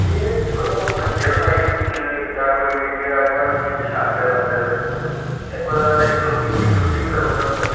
एह् दिक्खी लैओ कोई गिरम आई गेयी बिच जां निक्के राजमांह् कोई छांटे दे ओह् अस इक सौ बीह् जां इक सौ त्रीह् बी देई ओड़ना